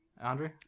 Andrew